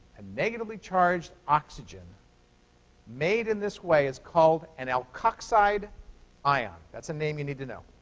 a negatively-charged oxygen made in this way is called an alkoxide ion. that's a name you need to know.